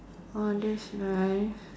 oh that's nice